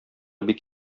бик